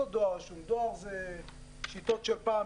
לא דואר רשום דואר זה שיטות של פעם,